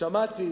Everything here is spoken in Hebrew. ששמעתי